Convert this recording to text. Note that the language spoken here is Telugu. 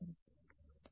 కాబట్టి మనం